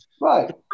Right